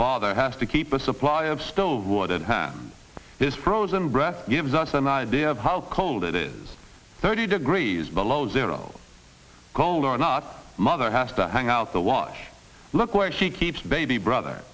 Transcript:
father have to keep a supply of stove or that ham this prose in breath gives us an idea of how cold it is thirty degrees below zero cold or not mother has to hang out the wash look where she keeps baby brother